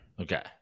Okay